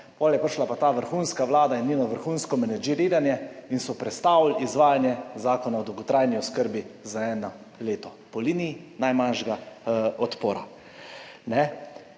Potem je prišla pa ta vrhunska vlada in njeno vrhunsko menedžeriranje in so prestavili izvajanje Zakona o dolgotrajni oskrbi za eno leto po liniji najmanjšega odpora.